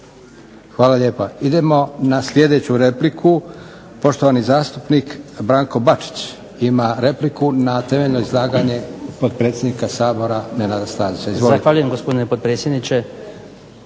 Hvala lijepa. Idemo na sljedeću repliku. Poštovani zastupnik Branko Bačić ima repliku na temeljno izlaganje potpredsjednika Sabora Nenada Stazića. Izvolite. **Bačić, Branko